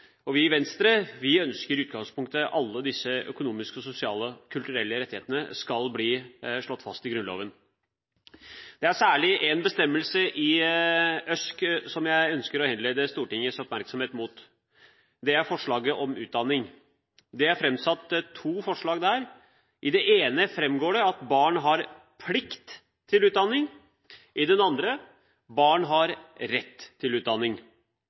Vi i Venstre ønsker i utgangspunktet at alle disse økonomiske, sosiale og kulturelle rettighetene skal bli slått fast i Grunnloven. Det er særlig en bestemmelse i ØSK-rettighetene som jeg ønsker å henlede Stortingets oppmerksomhet mot. Det er forslaget om utdanning. Det er framsatt to forslag der. I det ene framgår det at barn har plikt til utdanning, i det andre at barn har rett til utdanning.